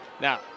Now